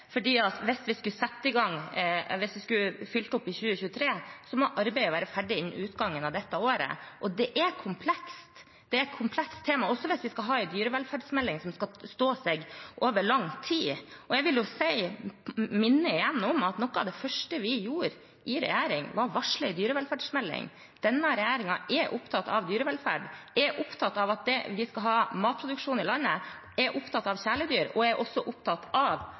Hvis man skulle fulgt opp i 2023, måtte arbeidet ha vært ferdig innen utgangen av dette året, og det er komplekst. Dette er et komplekst tema, også hvis vi skal få en dyrevelferdsmelding som skal stå seg over lang tid. Jeg vil igjen minne om at noe av det første vi gjorde i regjering, var å varsle en dyrevelferdsmelding. Denne regjeringen er opptatt av dyrevelferd, er opptatt av at vi skal ha matproduksjon i landet, er opptatt av kjæledyr og er også opptatt av